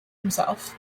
himself